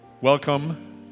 Welcome